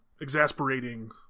exasperating